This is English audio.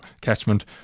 catchment